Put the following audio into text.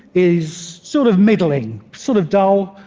is sort of middling, sort of dull,